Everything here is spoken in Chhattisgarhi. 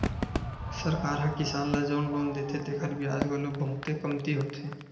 सरकार ह किसान ल जउन लोन देथे तेखर बियाज घलो बहुते कमती होथे